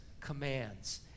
commands